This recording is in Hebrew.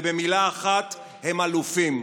ובמילה אחת: הם אלופים.